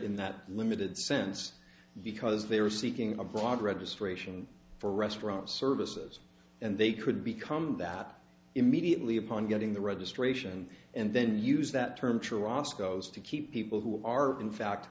in that limited sense because they are seeking a broad registration for restaurant services and they could become that immediately upon getting the registration and then use that term to roscoe's to keep people who are in fact